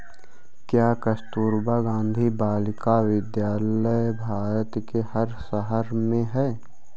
क्या कस्तूरबा गांधी बालिका विद्यालय भारत के हर शहर में है?